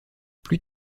plus